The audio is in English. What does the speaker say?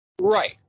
Right